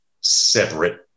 separate